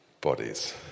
bodies